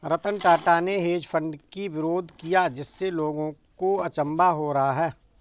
रतन टाटा ने hedge fund की विरोध किया जिससे लोगों को अचंभा हो रहा है